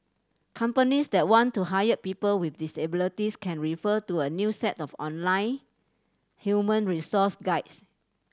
companies that want to hire people with disabilities can refer to a new set of online human resource guides